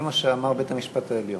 זה מה שאמר בית-המשפט העליון.